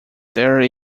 there